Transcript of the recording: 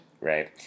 Right